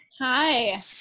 Hi